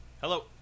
Hello